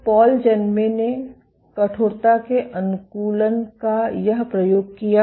तो पॉल जन्मे ने कठोरता के अनुकूलन का यह प्रयोग किया